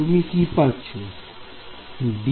তুমি কি পাচ্ছো